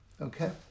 Okay